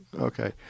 Okay